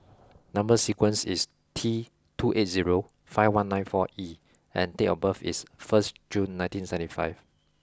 number sequence is T two eight zero five one nine four E and date of birth is first June nineteen seventy five